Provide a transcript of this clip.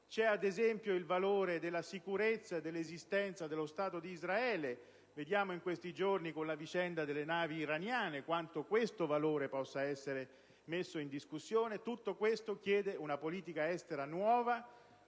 c'è, ad esempio, il valore della sicurezza e dell'esistenza dello Stato d'Israele (vediamo in questi giorni, con la vicenda delle navi iraniane, quanto questo valore possa essere messo in discussione). Tutto questo chiede una politica estera nuova: